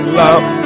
love